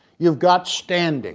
you've got standing